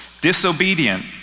disobedient